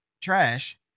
trash